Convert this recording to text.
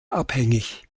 abhängig